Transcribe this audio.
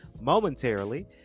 momentarily